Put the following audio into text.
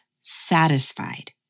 satisfied